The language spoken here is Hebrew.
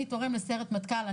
אני תורם לסיירת מטכ"ל,